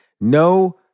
No